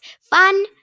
Fun